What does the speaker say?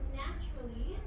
naturally